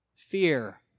Fear